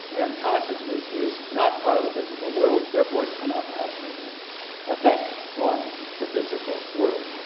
and consciousness is not part of the physical world, therefore it cannot have any effect on the physical world.